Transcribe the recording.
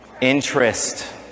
Interest